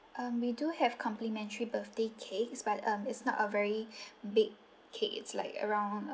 um we do have complimentary birthday cakes but um it's not a very big cake it's like around